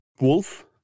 Wolf